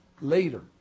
later